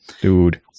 Dude